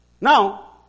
Now